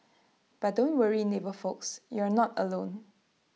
but don't worry navy folks you're not alone